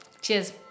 Cheers